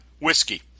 whiskey